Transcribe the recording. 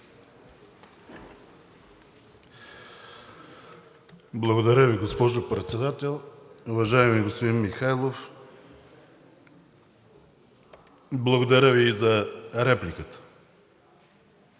Благодаря Ви, госпожо Председател. Уважаеми господин Михайлов, благодаря Ви и за репликата.